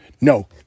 No